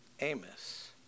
Amos